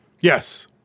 Yes